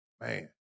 Man